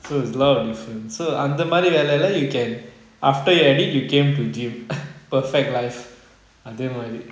so it's a lot of difference so அந்த மாறி வேலைல:antha maari velaila you can after you edit you came to gym perfect life அதே மாறி:athey maari